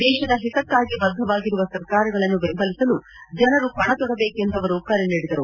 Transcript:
ದೇಶದ ಹಿತಕ್ಕಾಗಿ ಬದ್ದವಾಗಿರುವ ಸರ್ಕಾರಗಳನ್ನು ಬೆಂಬಲಿಸಲು ಜನರು ಪಣ ತೊಡಬೇಕು ಎಂದು ಅವರು ಕರೆ ನೀಡಿದರು